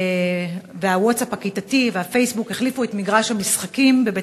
הווטסאפ הכיתתי והפייסבוק החליפו את מגרש המשחקים בבית-הספר.